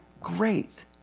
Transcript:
great